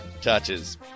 touches